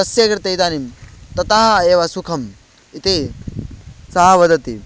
तस्य कृते इदानीं ततः एव सुखम् इति सः वदति